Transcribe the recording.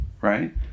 Right